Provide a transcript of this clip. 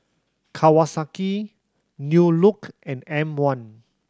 Kawasaki New Look and M One